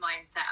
mindset